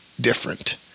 different